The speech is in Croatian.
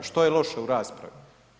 Što je loše u raspravi?